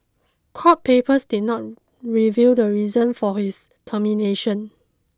court papers did not reveal the reason for his termination